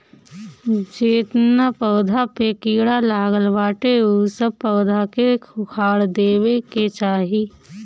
जेतना पौधा पे कीड़ा लागल बाटे उ सब पौधा के उखाड़ देवे के चाही